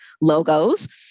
logos